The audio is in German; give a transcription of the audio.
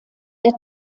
der